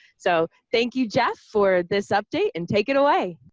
so thank you jeff for this update and take it away.